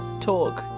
talk